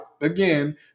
again